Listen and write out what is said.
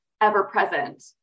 ever-present